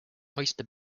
oyster